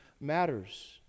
matters